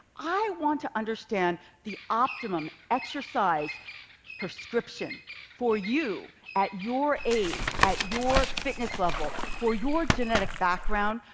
i want to understand the optimum exercise prescription for you, at your age, at your fitness level, for your genetic background,